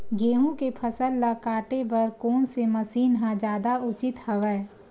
गेहूं के फसल ल काटे बर कोन से मशीन ह जादा उचित हवय?